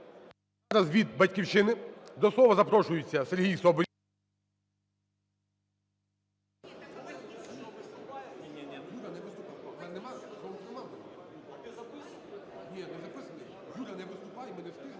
від "Батьківщини" до слова запрошується Сергій Соболєв.